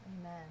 Amen